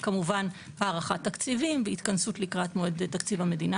וכמובן הערכת תקציבים והתכנסות לקראת מועד תקציב המדינה,